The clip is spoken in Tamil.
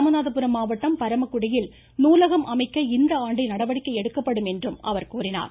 ராமநாதபுரம் மாவட்டம் பரமக்குடியில் நூலகம் அமைக்க இந்த ஆண்டே நடவடிக்கை எடுக்கப்படும் என்றார்